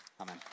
Amen